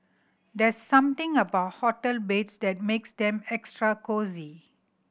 there's something about hotel beds that makes them extra cosy